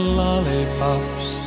lollipops